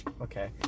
Okay